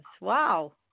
wow